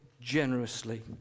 generously